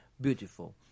Beautiful